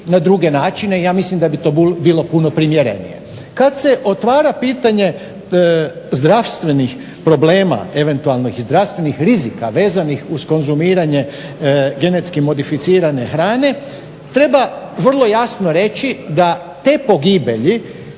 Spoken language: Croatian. na druge načina i ja mislim da bi to bilo puno primjerenije. Kada se otvara pitanja zdravstvenih problema, eventualnih zdravstvenih rizika vezanih uz konzumiranje GMO-a treba vrlo jasno reći da te pogibelji